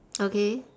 okay